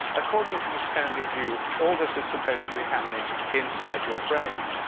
according to the standard view, all this is supposed to be happening inside your brain.